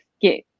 get